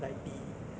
think